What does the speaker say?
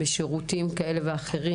שירותים כאלה ואחרים,